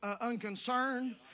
unconcerned